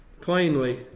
Plainly